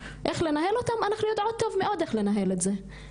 איך לנהל אותם אנחנו יודעות טוב מאוד איך לנהל את זה,